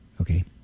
okay